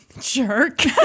Jerk